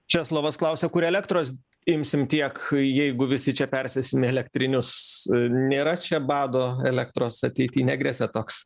česlovas klausia kur elektros imsim tiek jeigu visi čia persėsim į elektrinius nėra čia bado elektros ateity negresia toks